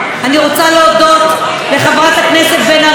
אני רוצה להודות לחברת הכנסת בן ארי,